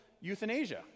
euthanasia